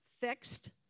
fixed